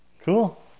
Cool